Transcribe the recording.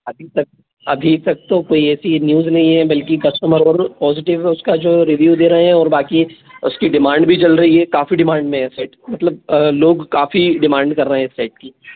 अभी तक अभी तक तो कोई ऐसी न्यूज़ नहीं है बल्कि कस्टमर पॉजिटिव उसका जो रिव्यु दे रहे हैं और बाकी उसकी डिमांड भी चल रही है काफ़ी डिमांड में है सेट मतलब लोग काफ़ी डिमांड कर रहें हैं इस सेट की